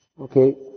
Okay